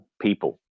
people